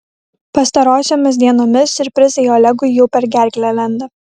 pastarosiomis dienomis siurprizai olegui jau per gerklę lenda